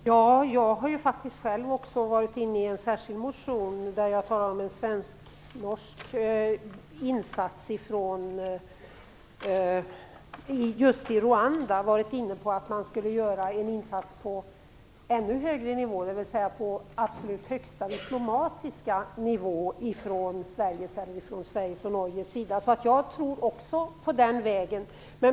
Fru talman! Jag har själv i en särskild motion talat om en svensk-norsk insats just i Rwanda och varit inne på att man skulle göra en insats på ännu högre nivå, dvs. på absolut högsta diplomatiska nivå från Sveriges och Norges sida. Jag tror också på den vägen.